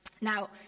Now